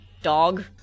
Dog